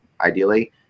ideally